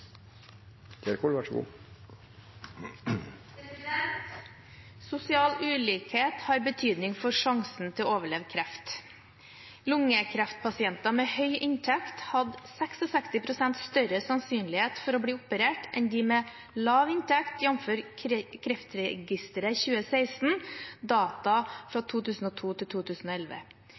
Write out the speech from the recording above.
å overleve kreft. Lungekreftpasienter med høy inntekt hadde 66 pst. større sannsynlighet for å bli operert enn de med lav inntekt, jf. Kreftregisteret 2016, data